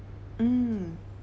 mm